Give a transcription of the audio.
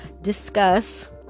discuss